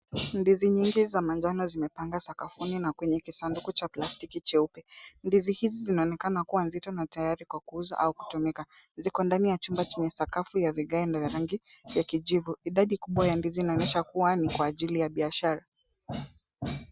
Ndizi nyingi za manjano zimepangwa sakafuni na kwenye kisanduku cha plastiki cheupe. Ndizi hizi zinaonekana kuwa nzito na tayari kwa kuuza au kutumika. Kiko ndani ya chumba chenye sakafu ya vigae vya rangi ya kijivu. Idadi kubwa ya ndizi inaonyesha kuwa ni kwa ajili ya biashara.